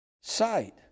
sight